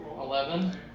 eleven